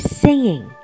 singing